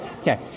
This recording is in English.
okay